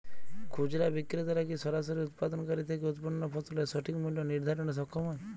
খুচরা বিক্রেতারা কী সরাসরি উৎপাদনকারী থেকে উৎপন্ন ফসলের সঠিক মূল্য নির্ধারণে সক্ষম হয়?